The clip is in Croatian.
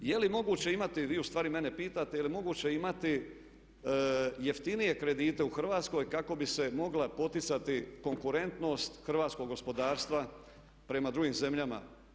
I je li moguće imati, vi ustvari mene pitate je li moguće imati jeftinije kredite u Hrvatskoj kako bi se mogla poticati konkurentnost hrvatskog gospodarstva prema drugim zemljama.